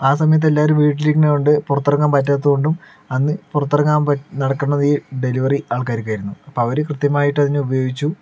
ആ സമയത്ത് എല്ലാവരും വീട്ടിൽ ഇരിക്കുന്നത് കൊണ്ടും പുറത്തിറങ്ങാൻ പറ്റാത്തത് കൊണ്ടും അന്ന് പുറത്തിറങ്ങാൻ പറ്റ നടക്കുന്നത് ഈ ഡെലിവറി ആൾക്കാർക്ക് ആയിരുന്നു അപ്പോൾ അവർ കൃത്യമായിട്ടതിനെ ഉപയോഗിച്ചു